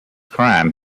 crime